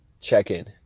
check-in